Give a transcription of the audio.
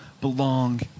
belong